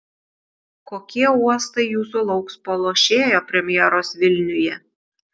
kokie uostai jūsų lauks po lošėjo premjeros vilniuje